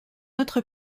autre